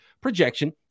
projection –